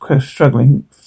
struggling